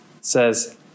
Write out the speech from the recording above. says